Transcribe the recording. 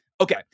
Okay